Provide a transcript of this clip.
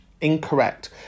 Incorrect